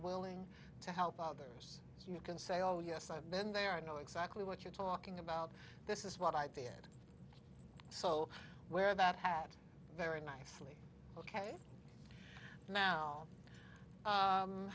willing to help others you can say oh yes i've been there i know exactly what you're talking about this is what i did so wear that hat very nicely ok now